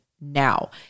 now